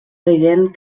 evident